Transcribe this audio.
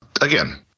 again